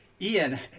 Ian